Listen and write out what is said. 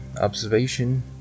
observation